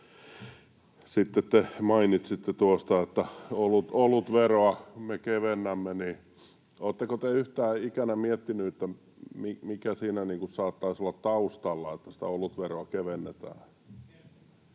Sitten te mainitsitte siitä, että olutveroa me kevennämme. Oletteko te yhtään ikinä miettineet, mikä siinä saattaisi olla taustalla, että sitä olutveroa kevennetään.